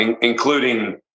including